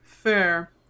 Fair